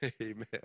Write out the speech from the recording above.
Amen